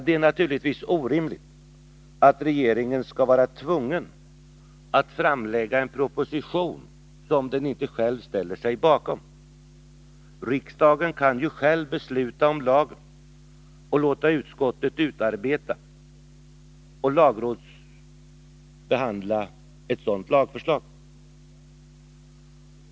Det är naturligtvis orimligt att regeringen skall vara tvungen att framlägga en proposition som den inte själv ställer sig bakom. Riksdagen kan ju själv besluta om lagen och låta utskottet utarbeta och lagrådsbehandla ett sådant lagförslag.